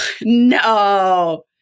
no